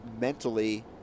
mentally